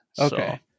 Okay